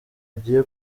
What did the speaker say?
agiye